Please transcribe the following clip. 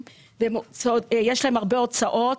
יש הרבה הוצאות.